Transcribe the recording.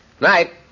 Night